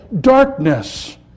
darkness